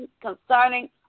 concerning